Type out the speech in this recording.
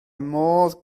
modd